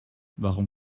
warum